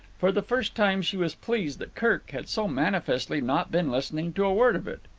for the first time she was pleased that kirk had so manifestly not been listening to a word of it.